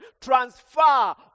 transfer